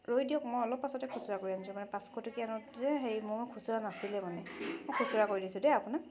ৰৈ দিয়ক মই অলপ পাছতে খুচুৰা কৰি আনিছোঁ মানে পাঁচশটকীয়া নোট যে হেৰি মোৰো খুচুৰা নাছিলে মানে খুচুৰা কৰি দিছোঁ দেই আপোনাক